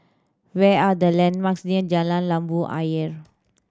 where are the landmarks near Jalan Labu Ayer